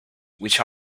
which